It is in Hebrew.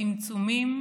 בצמצומים.